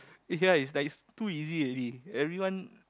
ya ya is like too easy already everyone